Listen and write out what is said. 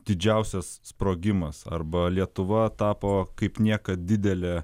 didžiausias sprogimas arba lietuva tapo kaip niekad didelė